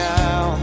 now